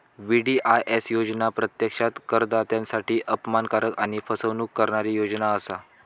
VDIS योजना प्रत्यक्षात करदात्यांसाठी अपमानकारक आणि फसवणूक करणारी योजना असा